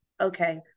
okay